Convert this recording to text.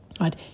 Right